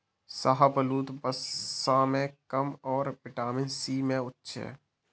शाहबलूत, वसा में कम और विटामिन सी में उच्च है